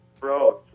bro